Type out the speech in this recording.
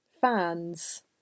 fans